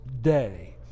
day